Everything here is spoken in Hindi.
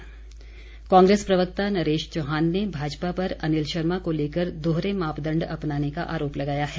नरेश चौहान कांग्रेस प्रवक्ता नरेश चौहान ने भाजपा पर अनिल शर्मा को लेकर दोहरे मापदण्ड अपनाने का आरोप लगाया है